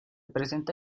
presenta